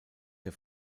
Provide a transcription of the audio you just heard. der